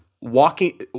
walking